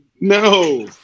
No